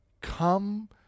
Come